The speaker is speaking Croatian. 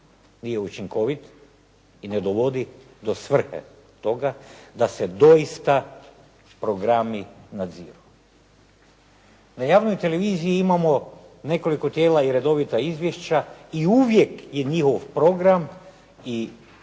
nije učinkovit i ne dovodi do svrhe toga da se doista programi nadziru. Na javnoj televiziji imamo nekoliko tijela i redovita izvješća i uvijek je njihov program uporaba